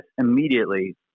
immediately